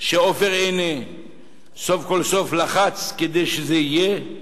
שעופר עיני סוף כל סוף לחץ כדי שזה יהיה,